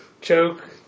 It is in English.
Choke